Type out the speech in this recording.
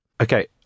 Okay